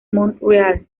montreal